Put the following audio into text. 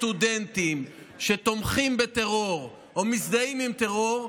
סטודנטים שתומכים בטרור או מזדהים עם טרור,